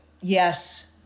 Yes